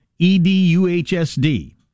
EDUHSD